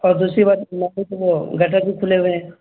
اور دوسری بات نالے کے وہ گٹر بھی کھلے ہوئے ہیں